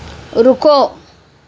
رکو